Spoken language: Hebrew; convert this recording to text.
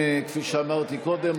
כפי שאמרתי קודם,